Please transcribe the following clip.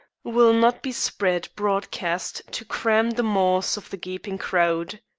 will not be spread broadcast to cram the maws of the gaping crowd.